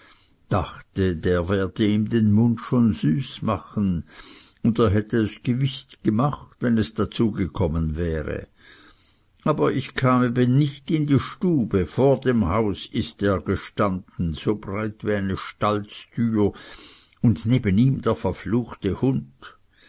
dachte der werde ihm den mund schon süß machen und er hätte es gewiß gemacht wenn es dazu gekommen wäre aber ich kam eben nicht in die stube vor dem hause ist er gestanden so breit wie eine stallstüre und neben ihm der verfluchte hund